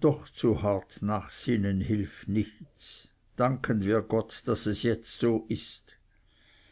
doch zu hart nachsinnen hilft nichts danken wir gott daß es jetzt so ist